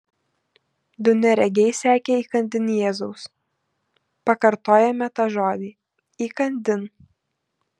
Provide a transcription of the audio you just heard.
du neregiai sekė įkandin jėzaus pakartojame tą žodį įkandin